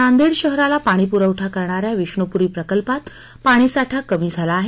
नांदेड शहराला पाणीप्रवठा करणाऱ्या विष्णूपूरी प्रकल्पात पाणीसाठा कमी झाला आहे